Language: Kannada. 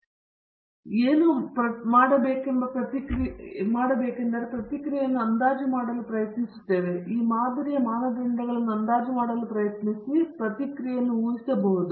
ನಾವು ಏನು ಮಾಡಬೇಕೆಂದು ಪ್ರತಿಕ್ರಿಯೆಯನ್ನು ಅಂದಾಜು ಮಾಡಲು ಪ್ರಯತ್ನಿಸುತ್ತೇವೆ ಅಥವಾ ಈ ಮಾದರಿಯ ಮಾನದಂಡಗಳನ್ನು ಅಂದಾಜು ಮಾಡಲು ಪ್ರಯತ್ನಿಸಿ ಆದ್ದರಿಂದ ನಾವು ಪ್ರತಿಕ್ರಿಯೆಯನ್ನು ಊಹಿಸಬಹುದು